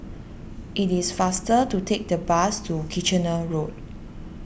it is faster to take the bus to Kitchener Road